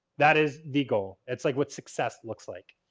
that is the goal. it's like what success looks like.